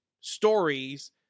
stories